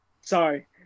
Sorry